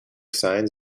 signs